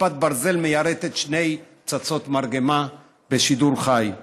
כיפת ברזל מיירטת שתי פצצות מרגמה בשידור חי.